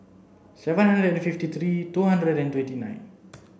seven hundred fifty three two hundred and twenty nine